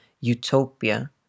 utopia